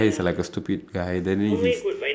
is like a stupid guy then then he is